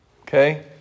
Okay